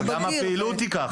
אבל גם הפעילות היא ככה.